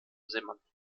semantik